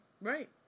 right